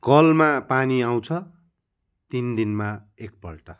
कलमा पानी आउँछ तिन दिनमा एकपल्ट